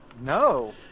No